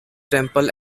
temple